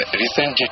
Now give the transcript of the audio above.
recent